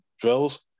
drills